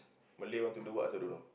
Malay want to do what also don't know